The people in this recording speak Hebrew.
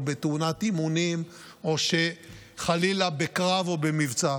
בתאונת אימונים או שחלילה בקרב או במבצע.